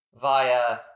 via